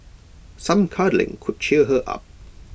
some cuddling could cheer her up